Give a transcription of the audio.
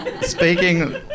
Speaking